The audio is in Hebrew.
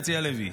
הרצי הלוי.